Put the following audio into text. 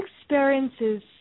experiences